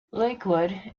lakewood